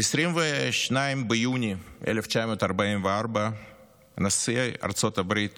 ב-22 ביוני 1944 נשיא ארצות הברית